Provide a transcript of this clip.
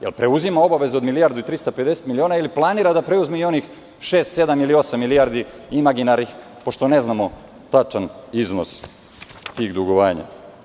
Jel preuzima obaveze od 1.350.000.000 miliona ili planira da preuzme i onih šest, sedam ili osam milijardi imaginarnih, pošto ne znamo tačan iznos tih dugovanja.